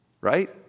right